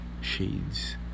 shades